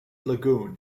lagoon